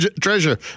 treasure